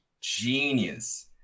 Genius